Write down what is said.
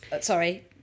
sorry